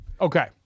Okay